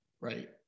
right